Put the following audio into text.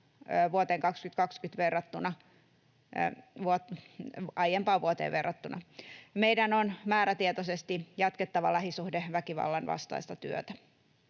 tammi—kesäkuussa aiempaan vuoteen verrattuna. Meidän on määrätietoisesti jatkettava lähisuhdeväkivallan vastaista työtä.